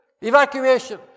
Evacuation